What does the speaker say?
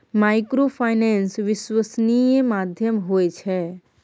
Microfinance विश्वासनीय माध्यम होय छै?